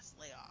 layoff